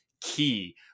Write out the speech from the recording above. key